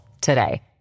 today